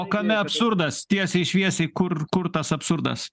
o kame absurdas tiesiai šviesiai kur kur tas absurdas